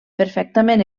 perfectament